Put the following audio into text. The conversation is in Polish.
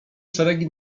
szeregi